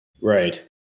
Right